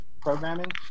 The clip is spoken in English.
programming